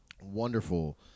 wonderful